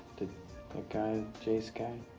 that guy, jace guy?